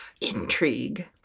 Intrigue